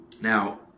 now